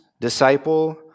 disciple